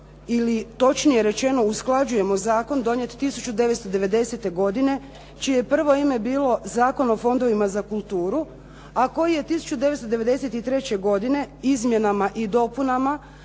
ili točnije rečeno usklađujemo zakon donijet 1990. godine čije je prvo ime bilo Zakon o fondovima za kulturu, a koji je 1993. godine izmjenama i dopunama